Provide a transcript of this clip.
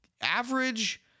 average